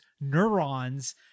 neurons